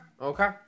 okay